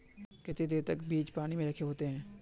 केते देर तक बीज पानी में रखे होते हैं?